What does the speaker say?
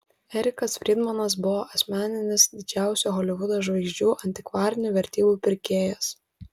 erikas frydmanas buvo asmeninis didžiausių holivudo žvaigždžių antikvarinių vertybių pirkėjas